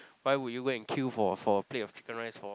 why would you go and kill for for a plate of chicken rice for